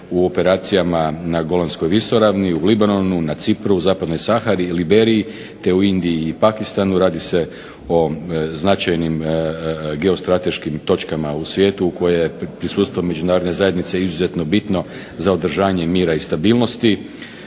u operacijama na Golanskoj visoravni i u Libanonu, na Cipru, Zapadnoj Sahari, Liberiji te u Indiji i Pakistanu radi se o značajnim geostrateškim točkama u svijetu u koje prisustvo Međunarodne zajednice izuzetno bitno za održanje mira i stabilnosti.